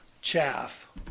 Chaff